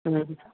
हूँ हूँ